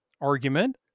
argument